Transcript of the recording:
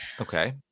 Okay